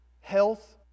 health